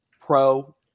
pro